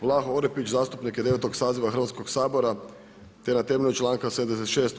Vlaho Orepić zastupnik je 9. saziva Hrvatskoga sabora te na temelju članka 76.